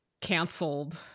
canceled